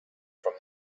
from